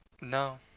No